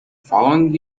following